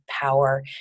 power